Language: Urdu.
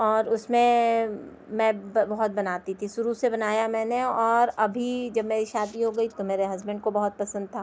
اور اس میں میں بہت بناتی تھی شروع سے بنایا میں نے اور ابھی جب میری شادی ہو گئی تو میرے ہسبینڈ کو بہت پسند تھا